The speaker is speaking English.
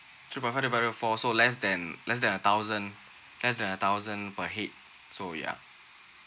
three point five divided by four so less than less than a thousand less than a thousand per head so yeah